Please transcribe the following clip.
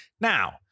Now